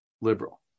liberal